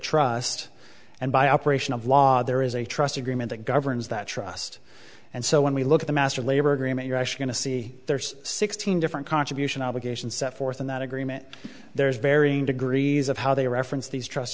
trust and by operation of law there is a trust agreement that governs that trust and so when we look at the master labor agreement you're going to see there's sixteen different contribution obligations set forth in that agreement there's varying degrees of how they reference these trust